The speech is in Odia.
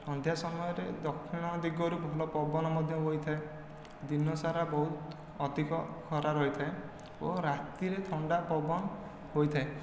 ସନ୍ଧ୍ୟା ସମୟରେ ଦକ୍ଷିଣ ଦିଗରୁ ଭଲ ପବନ ମଧ୍ୟ ବହିଥାଏ ଦିନସାରା ବହୁତ ଅଧିକ ଖରା ରହିଥାଏ ଓ ରାତିରେ ଥଣ୍ଡା ପବନ ହୋଇଥାଏ